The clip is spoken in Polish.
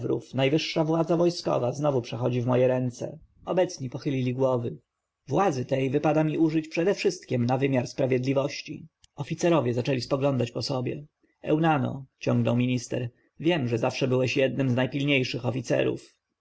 najwyższa władza wojskowa znowu przechodzi w moje ręce obecni pochylili głowy władzy tej wypada mi użyć przedewszystkiem na wymiar sprawiedliwości oficerowie zaczęli spoglądać po sobie eunano ciągnął minister wiem że zawsze byłeś jednym z najpilniejszych oficerów